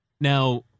Now